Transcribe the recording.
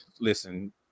listen